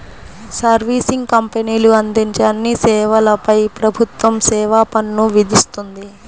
servicing కంపెనీలు అందించే అన్ని సేవలపై ప్రభుత్వం సేవా పన్ను విధిస్తుంది